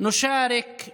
שגרמו לנו,